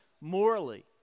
morally